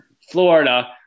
Florida